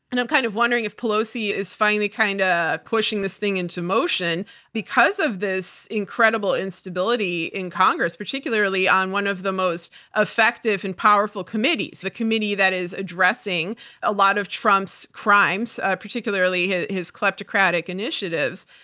and i'm kind of wondering if pelosi is finally kind of ah pushing this thing into motion because of this incredible instability in congress, particularly on one of the most effective and powerful committees, the committee that is addressing a lot of trump's crimes, particularly his his kleptocratic initiatives,